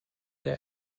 der